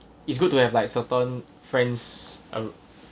it's good to have like certain friends I